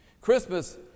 Christmas